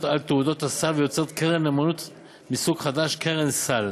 על תעודות סל ויוצרת קרן נאמנות מסוג חדש: קרן סל.